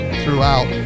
throughout